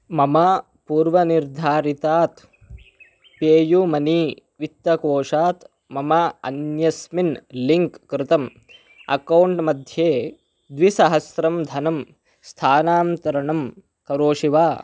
ममा पूर्वनिर्धारितात् PayUmoney वित्तकोषात् ममा अन्यस्मिन् लिङ्क् कृतम् अकौण्ट् मध्ये द्विसहस्रं धनं स्थानान्तरं करोषि वा